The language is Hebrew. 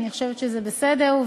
אני חושבת שזה בסדר.